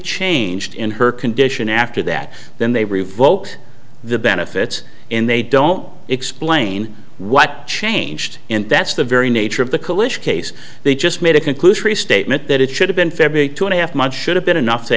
changed in her condition after that then they revoked the benefits and they don't explain what changed and that's the very nature of the kalisch case they just made a conclusion a statement that it should have been february two and a half months should have been enough to